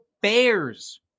Bears